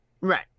Right